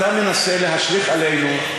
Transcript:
אתה מנסה להשליך עלינו,